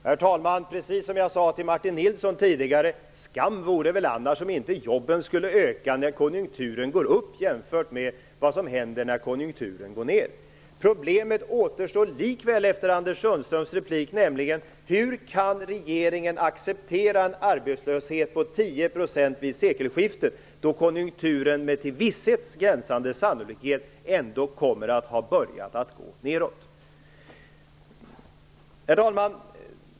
Herr talman! Jag vill säga precis det som jag sade till Martin Nilsson tidigare: Skam vore väl annars om inte jobben skulle öka när konjunkturen går upp jämfört med vad som händer när konjunkturen går ner. Problemen återstår likväl efter Anders Sundströms replik. Hur kan regeringen acceptera en arbetslöshet på 10 % vid sekelskiftet då konjunkturen med till visshet gränsande sannolikhet ändå kommer att ha börjat att gå nedåt? Herr talman!